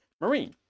Marine